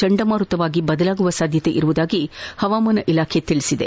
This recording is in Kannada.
ಚಂಡಮಾರುತವಾಗಿ ಬದಲಾಗುವ ಸಾಧ್ಯತೆ ಇದೆ ಎಂದು ಪವಾಮಾನ ಇಲಾಖೆ ತಿಳಿಸಿದೆ